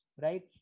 right